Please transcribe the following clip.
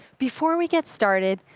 before we get started,